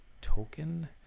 token